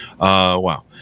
wow